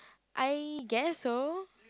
I guess so